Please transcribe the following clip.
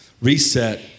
reset